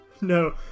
No